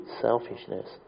selfishness